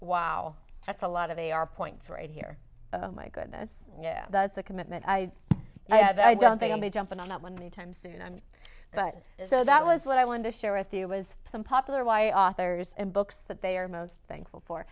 wow that's a lot of they are points right here my goodness yeah that's a commitment i i don't think i may jump in on that one time soon but so that was what i wanted to share with you was some popular why authors and books that they are most thankful for